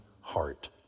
heart